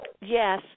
Yes